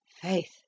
faith